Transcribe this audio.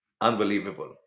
unbelievable